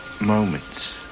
moments